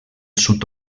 sud